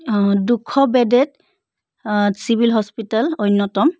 দুশ বেডেদ civil hospital অন্যতম